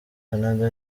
canada